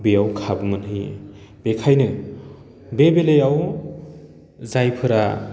बेयाव खाबु मोनहैयो बेखायनो बे बेलायाव जायफोरा